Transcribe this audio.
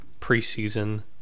preseason